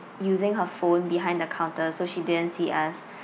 using her phone behind the counter so she didn't see us